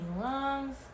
lungs